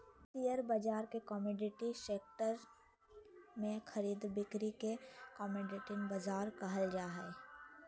share बाजार के commodity section में खरीद बिक्री के कमोडिटी बाजार कहल जा हइ